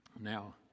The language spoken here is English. Now